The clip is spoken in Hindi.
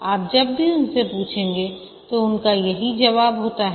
आप जब भी उनसे पूछेंगे तो उनका यही जवाब होता है